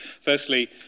Firstly